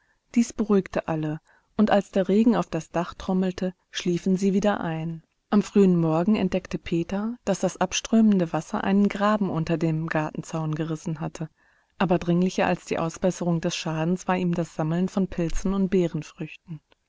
dies beruhigte alle und als der regen auf das dach trommelte schliefen sie wieder ein am frühen morgen entdeckte peter daß das abströmende wasser einen graben unter dem gartenzaun gerissen hatte aber dringlicher als die ausbesserung des schadens war ihm das sammeln von pilzen und